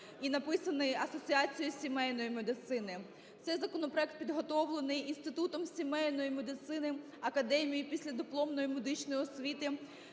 і написаний Асоціацією сімейної медицини, цей законопроект підготовлений Інститутом сімейної медицини, академією післядипломної медичної освіти